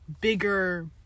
bigger